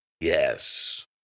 Yes